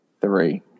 three